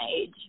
age